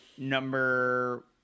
number